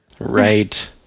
Right